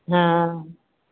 हॅं